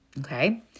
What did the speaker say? Okay